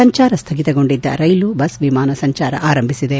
ಸಂಜಾರ ಸ್ವಗಿತಗೊಂಡಿದ್ದ ರೈಲು ಬಸ್ ವಿಮಾನ ಸಂಜಾರ ಆರಂಭಿಸಲಾಗಿದೆ